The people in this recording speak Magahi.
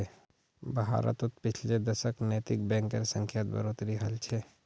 भारतत पिछले दशकत नैतिक बैंकेर संख्यात बढ़ोतरी हल छ